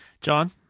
john